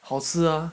好吃 ah